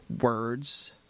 words